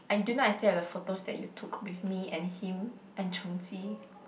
until now I still have the photos that you took with me and him and Cheng-Ji